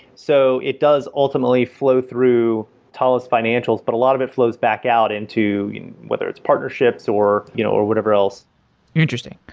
so it does ultimately flow through talla's financials, but a lot of it flows back out into whether it's partnerships, or you know or whatever else interesting.